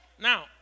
Now